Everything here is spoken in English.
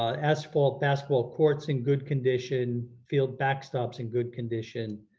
um asphalt basketball courts in good condition, field backstops in good condition,